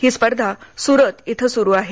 ही स्पर्धा सुरत इथं सुरू आहे